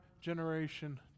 generation